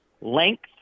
length